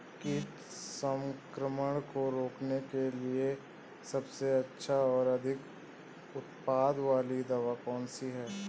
कीट संक्रमण को रोकने के लिए सबसे अच्छी और अधिक उत्पाद वाली दवा कौन सी है?